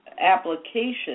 application